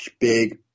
big